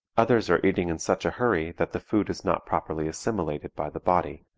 others are eating in such a hurry that the food is not properly assimilated by the body.